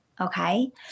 Okay